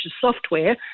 software